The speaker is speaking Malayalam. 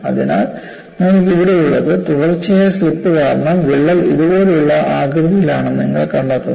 അതിനാൽ നിങ്ങൾക്ക് ഇവിടെയുള്ളത് തുടർച്ചയായ സ്ലിപ്പ് കാരണം വിള്ളൽ ഇതുപോലൊരു ആകൃതിയിലാണെന്ന് നിങ്ങൾ കണ്ടെത്തുന്നു